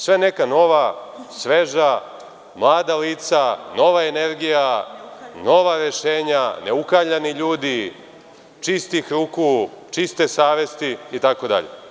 Sve neka nova sveža, mlada lica, nova energija, nova rešenja, neukaljani ljudi, čistih ruku, čiste savesti itd.